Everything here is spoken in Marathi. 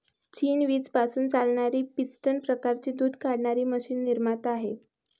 चीन वीज पासून चालणारी पिस्टन प्रकारची दूध काढणारी मशीन निर्माता आहे